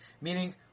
Meaning